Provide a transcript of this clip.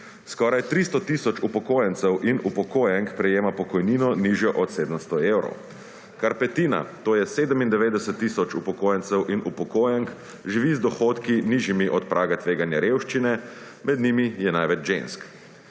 Skoraj 300 tisoč upokojencev in upokojenk prejema pokojnino nižjo od 700 evrov. Kar petina, to je 97 tisoč upokojencev in upokojenk živi z dohodki nižjimi od praga tveganja revščine, med njimi je največ žensk.